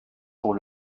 pour